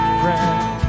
friend